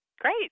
Great